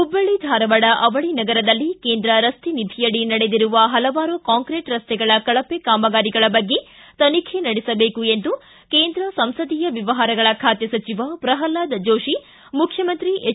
ಹುಬ್ಬಳ್ಳಿ ಧಾರವಾಡ ಅವಳಿ ನಗರದಲ್ಲಿ ಕೇಂದ್ರ ರಸ್ತೆ ನಿಧಿಯಡಿ ನಡೆದಿರುವ ಪಲವಾರು ಕಾಂಕ್ರಿಟ್ ರಸ್ತೆಗಳ ಕಳಪೆ ಕಾಮಗಾರಿಗಳ ಬಗ್ಗೆ ತನಿಖೆ ನಡೆಸಬೇಕು ಎಂದು ಕೇಂದ್ರ ಸಂಸದೀಯ ವ್ಕವಹಾರಗಳ ಖಾತೆ ಸಚಿವ ಪ್ರಲ್ವಾದ ಜೋಶಿ ಮುಖ್ಯಮಂತ್ರಿ ಎಚ್